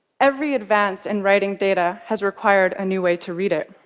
every advance in writing data has required a new way to read it.